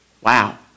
Wow